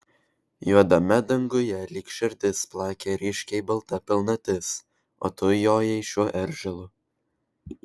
juodame danguje lyg širdis plakė ryškiai balta pilnatis o tu jojai šiuo eržilu